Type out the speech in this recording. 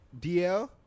DL